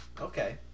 Okay